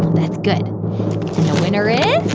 that's good. the winner is